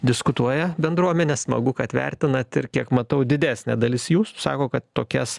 diskutuoja bendruomenė smagu kad vertinat ir kiek matau didesnė dalis jūsų sako kad tokias